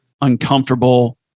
uncomfortable